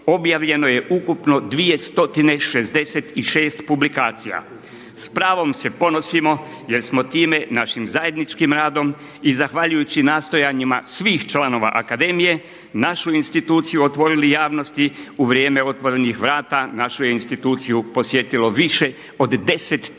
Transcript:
objavljeno je ukupno 2066 publikacija. S pravom se ponosimo jer smo time našim zajedničkim radom i zahvaljujući nastojanjima svih članova akademije našu instituciju otvorili javnosti u vrijeme otvorenih vrata, našu je instituciju posvetilo više od 10